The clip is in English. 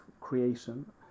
creation